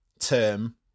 Term